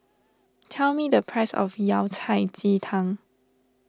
tell me the price of Yao Cai Ji Tang